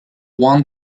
one